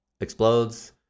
explodes